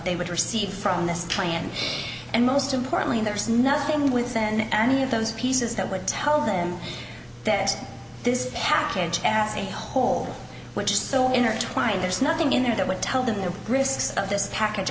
they would receive from this plan and most importantly there's nothing within any of those pieces that would tell them that this package as a whole which is so intertwined there's nothing in there that would tell them the risks of this package